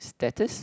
status